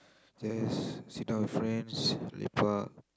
yes sit down with friends lapper